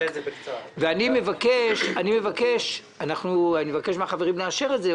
אני מבקש מן החברים לאשר את זה,